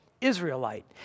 Israelite